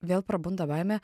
vėl prabunda baimė